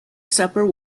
supper